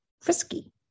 frisky